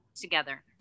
together